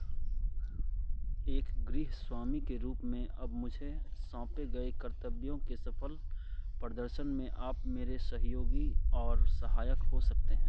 एक गृह स्वामी के रूप में अब मुझे सौंपे गए कर्तव्यों के सफल प्रदर्शन में आप मेरे सहयोगी और सहायक हो सकते हैं